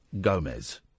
Gomez